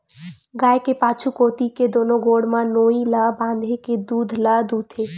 गाय के पाछू कोती के दूनो गोड़ म नोई ल बांधे के दूद ल दूहूथे